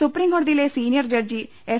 supreme കോട തി യിലെ സീനിയർ ജഡ് ജി എസ്